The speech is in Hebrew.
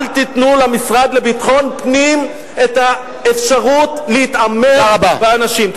אל תיתנו למשרד לביטחון פנים את האפשרות להתעמר באנשים.